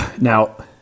now